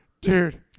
Dude